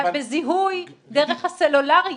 אלא בזיהוי דרך הסלולארי,